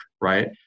Right